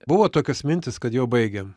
buvo tokios mintys kad jau baigėm